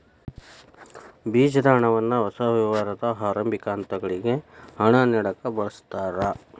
ಬೇಜದ ಹಣವನ್ನ ಹೊಸ ವ್ಯವಹಾರದ ಆರಂಭಿಕ ಹಂತಗಳಿಗೆ ಹಣ ನೇಡಕ ಬಳಸ್ತಾರ